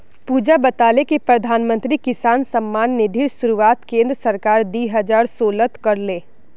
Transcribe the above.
पुजा बताले कि प्रधानमंत्री किसान सम्मान निधिर शुरुआत केंद्र सरकार दी हजार सोलत कर ले